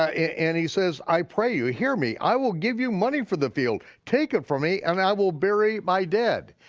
ah and he says i pray you, hear me, i will give you money for the field, take it from me and i will bury my dead.